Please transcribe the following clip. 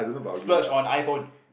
splurge on iPhone